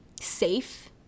safe